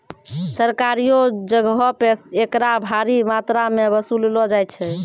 सरकारियो जगहो पे एकरा भारी मात्रामे वसूललो जाय छै